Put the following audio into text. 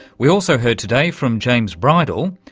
we also heard today from james bridle,